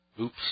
Oops